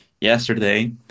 yesterday